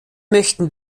möchten